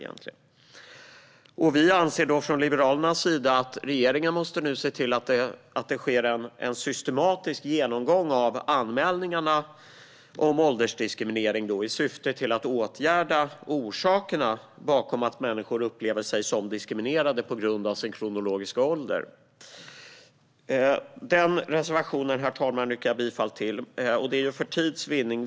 Från Liberalernas sida anser vi att regeringen nu måste se till att det sker en systematisk genomgång av anmälningarna om åldersdiskriminering i syfte att åtgärda orsakerna bakom att människor upplever sig diskriminerade på grund av sin kronologiska ålder. Denna reservation yrkar jag bifall till. Av tidsskäl yrkar jag bifall endast till denna.